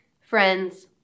Friends